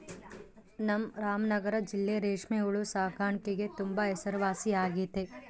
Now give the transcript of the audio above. ನಮ್ ರಾಮನಗರ ಜಿಲ್ಲೆ ರೇಷ್ಮೆ ಹುಳು ಸಾಕಾಣಿಕ್ಗೆ ತುಂಬಾ ಹೆಸರುವಾಸಿಯಾಗೆತೆ